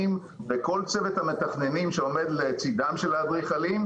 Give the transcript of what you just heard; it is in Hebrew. וכל צוות המתכננים שעומד לצידם של האדריכלים,